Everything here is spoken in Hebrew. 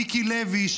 מיקי לוי,